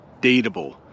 dateable